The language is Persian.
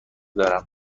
دارم